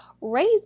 raise